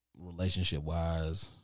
relationship-wise